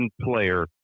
player